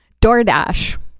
DoorDash